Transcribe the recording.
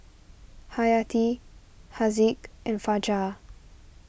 Hayati Haziq and Fajar